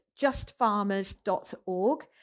justfarmers.org